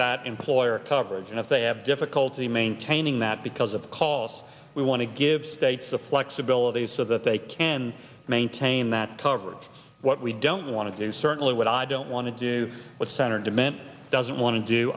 that employer coverage and if they have difficulty maintaining that because of cost we want to give states the flexibility so that they can maintain that coverage what we don't want to do certainly what i don't want to do what senator de mint doesn't want to do